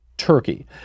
Turkey